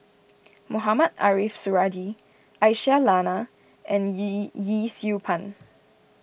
Mohamed Ariff Suradi Aisyah Lyana and Yee Yee Siew Pun